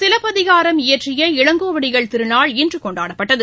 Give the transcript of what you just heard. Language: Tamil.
சிலப்பதிகாரம் இயற்றிய இளங்கோவடிகள் திருநாள் இன்று கொண்டாடப்பட்டது